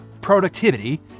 productivity